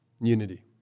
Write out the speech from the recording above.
unity